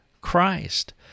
Christ